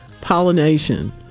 pollination